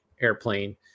airplane